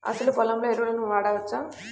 అసలు పొలంలో ఎరువులను వాడవచ్చా?